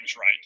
right